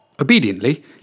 Obediently